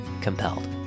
COMPELLED